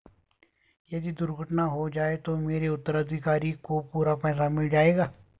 यदि दुर्घटना हो जाये तो मेरे उत्तराधिकारी को पूरा पैसा मिल जाएगा?